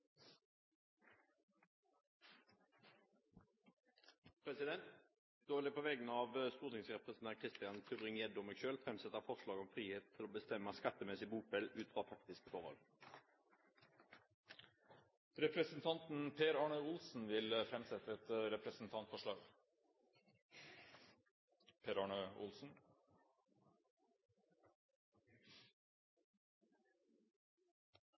vil på vegne av stortingsrepresentanten Christian Tybring-Gjedde og meg selv framsette et forslag om frihet til å bestemme skattemessig bopel ut fra faktiske forhold. Representanten Per Arne Olsen vil framsette et representantforslag.